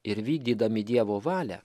ir vykdydami dievo valią